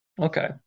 Okay